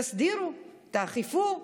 תסדירו, תאכפו,